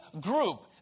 group